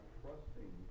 trusting